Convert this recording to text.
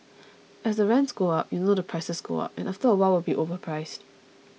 as rents go up you know the prices go up and after a while we'll be overpriced